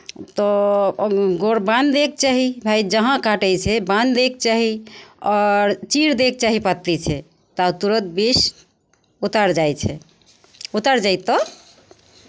तऽ गोड़ बान्हि दैके चाही भाय जहाँ कटै छै बान्हि दयके चाही आओर चीड़ दयके चाही पत्तीसँ तब तऽ तुरन्त विष उतरि जाइ छै उतरि जयतह